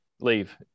leave